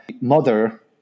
mother